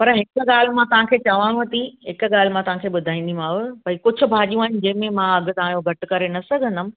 पर हिकु ॻाल्हि मां तव्हांखे चवां थी हिकु ॻाल्हि मां तव्हांखे ॿुधाईंदी मांव भई कुझु भाॼियूं आहिनि जंहिंमें मां अघु तव्हांजो घटि करे न सघंदमि